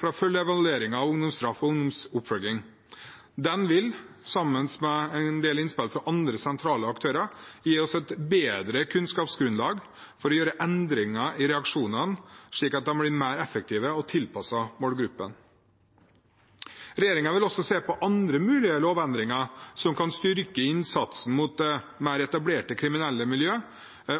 fra følgeevalueringen av ungdomsstraff og ungdomsoppfølging. Den vil, sammen med en del innspill fra andre sentrale aktører, gi oss et bedre kunnskapsgrunnlag for å gjøre endringer i reaksjonene, slik at de blir mer effektive og tilpasset målgruppen. Regjeringen vil også se på andre mulige lovendringer som kan styrke innsatsen mot mer etablerte kriminelle miljøer